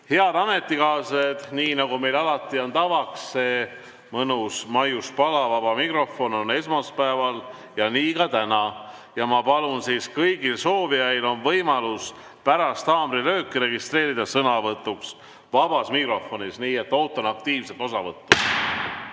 Head ametikaaslased! Nii nagu meil alati on tavaks mõnus maiuspala, vaba mikrofon igal esmaspäeval, nii on ka täna. Palun, kõigil soovijail on võimalus pärast haamrilööki registreeruda sõnavõtuks vabas mikrofonis. Nii et ootan aktiivset osavõttu.